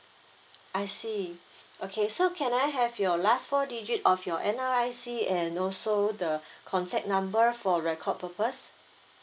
I see okay so can I have your last four digit of your N_R_I_C and also the contact number for record purpose